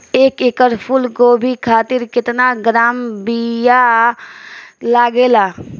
एक एकड़ फूल गोभी खातिर केतना ग्राम बीया लागेला?